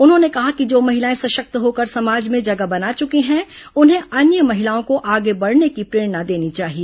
उन्होंने कहा कि जो महिलाएं सषक्त होकर समाज में जगह बना चुकी हैं उन्हें अन्य महिलाओं को आगे बढ़ने की प्रेरणा देनी चाहिए